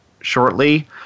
shortly